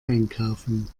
einkaufen